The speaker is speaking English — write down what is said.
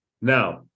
now